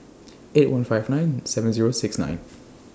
eight one five nine seven Zero six nine